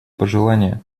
пожелание